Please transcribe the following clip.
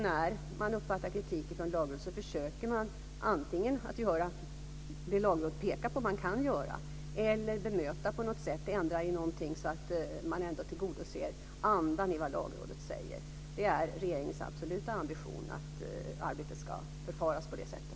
När man uppfattar kritik från Lagrådet försöker man att antingen göra det Lagrådet pekar på att man kan göra eller bemöta det på något sätt. Man kan kanske ändra någonting så att man ändå tillgodoser andan i det Lagrådet säger. Det är regeringens absoluta ambition att arbetet ska ske på det sättet.